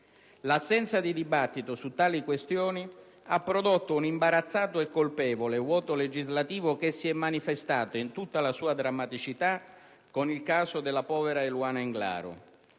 L'assenza di dibattito su tali questioni ha prodotto un imbarazzato e colpevole vuoto legislativo che si è manifestato in tutta la sua drammaticità con il caso della povera Eluana Englaro.